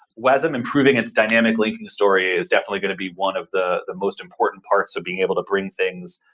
wasm improving its dynamic linking story is definitely going to be one of the most important parts of being able to bring things,